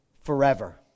forever